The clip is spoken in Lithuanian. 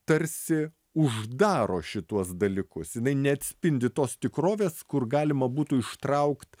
tarsi uždaro šituos dalykus jinai neatspindi tos tikrovės kur galima būtų ištraukt